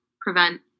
prevent